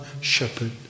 shepherd